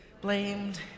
blamed